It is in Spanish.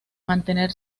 mantener